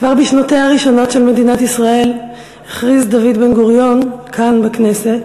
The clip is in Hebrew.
כבר בשנותיה הראשונות של מדינת ישראל הכריז דוד בן-גוריון כאן בכנסת